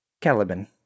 caliban